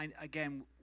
again